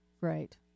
right